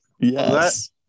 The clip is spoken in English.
Yes